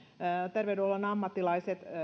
terveydenhuollon ammattilaiset